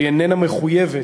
שהיא איננה מחויבת